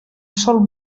sol